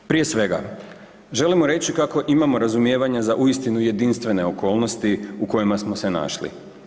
Prije svega, želimo reći kako imamo razumijevanja za uistinu jedinstvene okolnosti u kojima smo se našli.